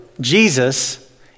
Jesus